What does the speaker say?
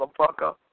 motherfucker